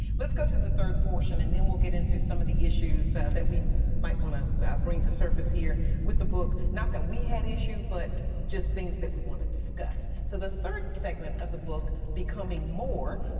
let's go to the third portion and then we're get into some of the issues that we might want to bring to surface here with the book. not that we had issue but just things that we want to discuss. so the third segment of the book becoming more,